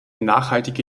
nachhaltige